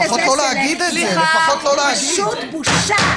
פשוט בושה.